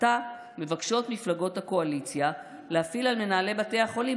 עתה מבקשות מפלגות הקואליציה להפעיל על מנהלי בתי החולים